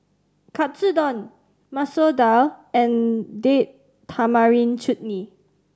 Katsudon Masoor Dal and Date Tamarind Chutney